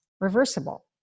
reversible